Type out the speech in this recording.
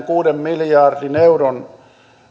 kuuden miljardin euron